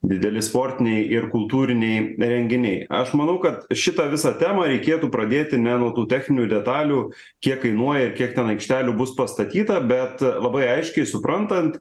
dideli sportiniai ir kultūriniai renginiai aš manau kad šitą visą temą reikėtų pradėti ne nuo tų techninių detalių kiek kainuoja kiek ten aikštelių bus pastatyta bet labai aiškiai suprantant